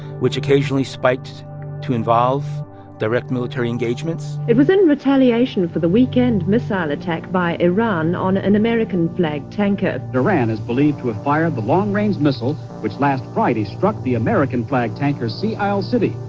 which occasionally spiked to involve direct military engagements it was in retaliation for the weekend missile attack by iran on an american flag tanker iran is believed to have fired the long-range missile which last friday struck the american flag tanker sea isle city,